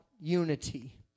unity